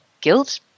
guilt